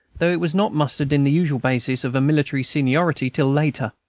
though it was not mustered in the usual basis of military seniority till later.